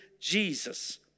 Jesus